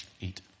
eat